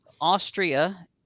Austria